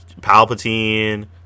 Palpatine